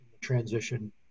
transition